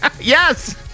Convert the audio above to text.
Yes